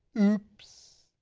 oops.